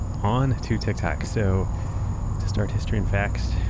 on to tiktok. so to start history and facts,